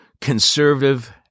Conservative